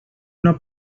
una